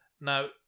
Now